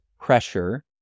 pressure